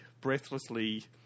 breathlessly